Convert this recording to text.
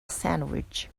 sandwich